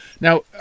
Now